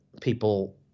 people